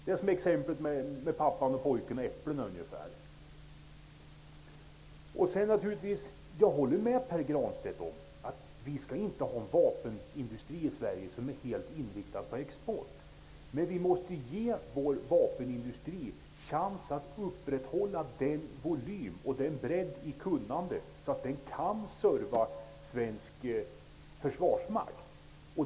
Det är exemplet med pappan och pojken och äpplet ungefär. Jag håller med Pär Granstedt om att vi inte skall ha en vapenindustri i Sverige som är helt inriktad på export. Men vi måste ge vår vapenindustri chans att upprätthålla sådan volym och sådan bredd i kunnandet att den kan serva svensk försvarsmakt.